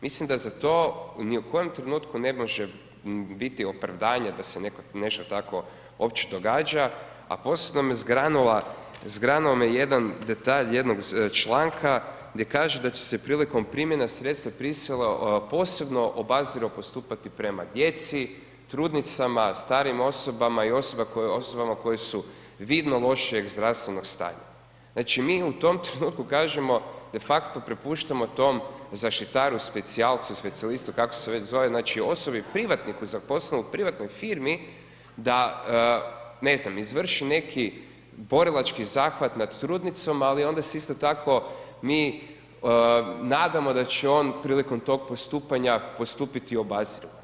Mislim da za to ni u kojem trenutku ne može biti opravdanje da se nešto tako uopće događa a posebno me zgranuo jedan detalj jednog članka gdje kaže da će se prilikom primjene sredstva prisile posebno obazrivo postupati prema djeci, trudnicama, starijim osobama i osobama koje su vidno lošijeg zdravstvenog stanja, znači mi u tom trenutku kažemo de facto prepuštamo tom zaštitaru specijalcu, specijalistu, kako se već zove, znači osobi privatniku zaposlenog u privatnoj firmi da ne znam, izvrši neki borilački zahvat nad trudnicom ali onda se isto tako mi nadam da će on prilikom tog postupanja, postupiti obazrivo.